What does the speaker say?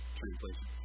translation